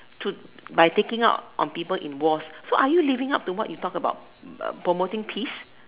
to by taking out on people in Wars so are you living up to what you talk about promoting peace